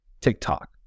TikTok